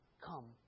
come